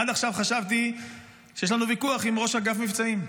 עד עכשיו חשבתי שיש לנו ויכוח עם ראש אגף מבצעים.